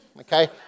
Okay